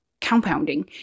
compounding